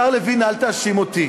השר לוין, אל תאשים אותי,